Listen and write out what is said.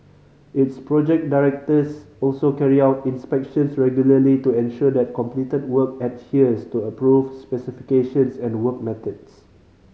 its project directors also carry out inspections regularly to ensure that completed work adheres to approved specifications and work methods